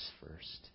first